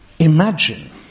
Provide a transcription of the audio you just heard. Imagine